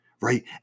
right